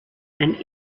and